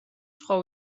სხვა